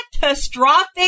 catastrophic